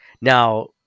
Now